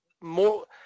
more